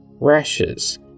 rashes